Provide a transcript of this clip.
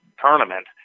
tournament